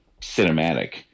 cinematic